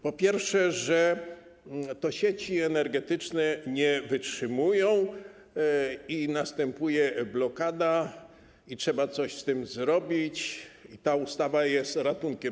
Po pierwsze, że to sieci energetyczne nie wytrzymują i następuje blokada, i trzeba coś z tym zrobić, i ta ustawa jest ratunkiem.